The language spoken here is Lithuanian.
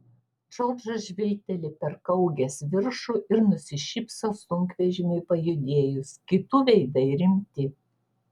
džordžas žvilgteli per kaugės viršų ir nusišypso sunkvežimiui pajudėjus kitų veidai rimti